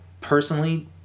personally